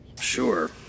Sure